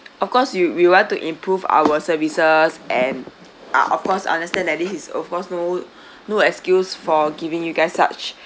of course we we want to improve our services and uh of course understand that this is of course no no excuse for giving you guys such